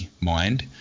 mind